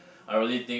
I really think